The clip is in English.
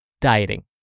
Dieting